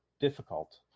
difficult